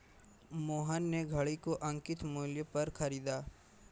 मोहन ने घड़ी को अंकित मूल्य पर खरीदा